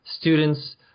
students